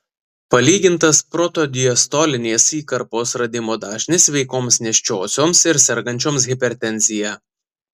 palygintas protodiastolinės įkarpos radimo dažnis sveikoms nėščiosioms ir sergančioms hipertenzija